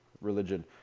religion